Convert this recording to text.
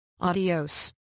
Adios